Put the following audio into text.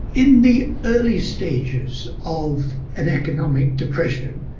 in the early stages of an economic depression,